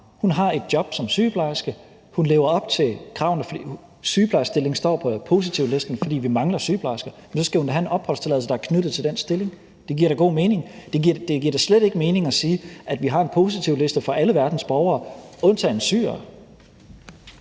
hun har et job som sygeplejerske, hun lever op til kravene, fordi sygeplejerskestillingen står på positivlisten, fordi vi mangler sygeplejersker – så skal hun da have en opholdstilladelse, der er knyttet til den stilling. Det giver da god mening. Det giver da slet ikke mening at sige, at vi har en positivliste for alle verdens borgere undtagen syrere.